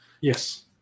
Yes